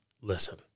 listen